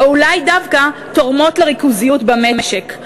או אולי דווקא תורמות לריכוזיות במשק,